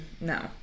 No